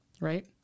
right